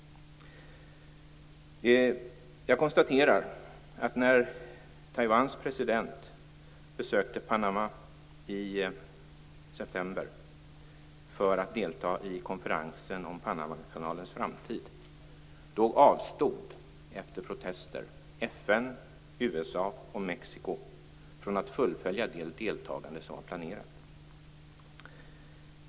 Jag konstaterar att när Taiwans president besökte Panama i september för att delta i konferensen om USA och Mexiko från att fullfölja det deltagande som var planerat.